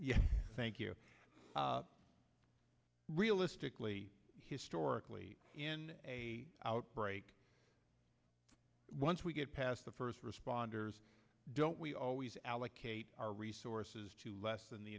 thank you realistically historically in a outbreak once we get past the first responders don't we always allocate our resources to less than the